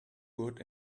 good